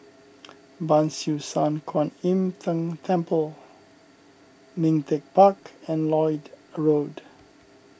Ban Siew San Kuan Im Tng Temple Ming Teck Park and Lloyd Road